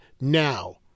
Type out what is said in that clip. now